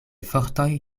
fortoj